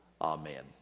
Amen